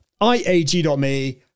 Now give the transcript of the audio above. iag.me